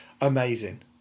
amazing